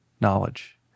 knowledge